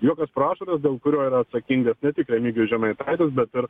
juokas pro ašaras dėl kurio yra atsakingas ne tik remigijus žemaitaitis bet ir